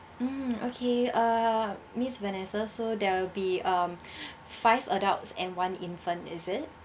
mm okay uh miss vanessa so there will be um five adults and one infant is it